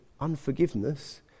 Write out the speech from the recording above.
unforgiveness